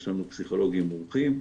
יש לנו פסיכולוגים מומחים,